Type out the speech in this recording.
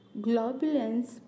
Globulins